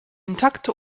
intakte